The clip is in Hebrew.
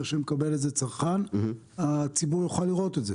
שמקבל את זה הצרכן הציבור יוכל לראות את זה?